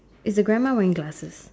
is the grandma wearing glasses